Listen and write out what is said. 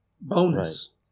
bonus